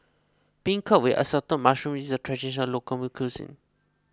Beancurd with Assorted Mushrooms is a Traditional Local Cuisine